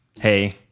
Hey